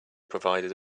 provided